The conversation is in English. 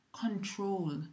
control